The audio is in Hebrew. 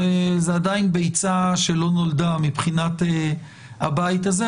זה עדיין ביצה שלא נולדה מבחינת הבית הזה,